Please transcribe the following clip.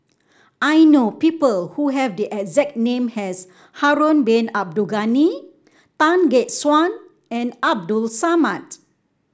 I know people who have the exact name as Harun Bin Abdul Ghani Tan Gek Suan and Abdul Samad